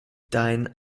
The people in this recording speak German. dein